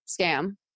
scam